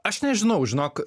aš nežinau žinok